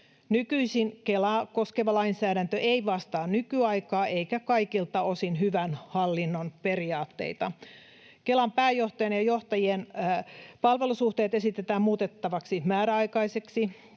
Nykyisin Kelaa koskeva lainsäädäntö ei vastaa nykyaikaa eikä kaikilta osin hyvän hallinnon periaatteita. Kelan pääjohtajan ja johtajien palvelussuhteet esitetään muutettavaksi määräaikaisiksi.